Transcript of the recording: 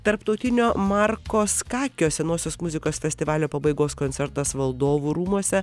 tarptautinio marko skakio senosios muzikos festivalio pabaigos koncertas valdovų rūmuose